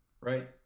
Right